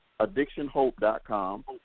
addictionhope.com